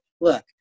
Look